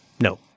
no